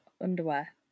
underwear